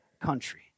country